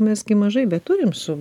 mes gi mažai beturim su